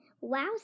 Wow